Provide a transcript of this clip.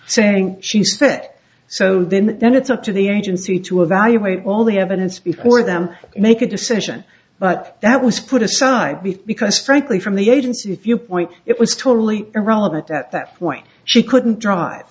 saying she said so then then it's up to the agency to evaluate all the evidence before them make a decision but that was put aside b because frankly from the agency if you point it was totally irrelevant at that point she couldn't drive